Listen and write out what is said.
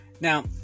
Now